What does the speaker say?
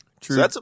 True